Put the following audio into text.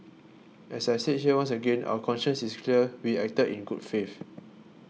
as I said here once again our conscience is clear we acted in good faith